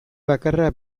bakarra